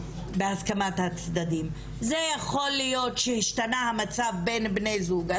יכול להיות שהשתנה המצב בין בני הזוג,